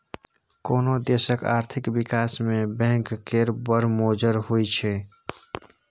कोनो देशक आर्थिक बिकास मे बैंक केर बड़ मोजर होइ छै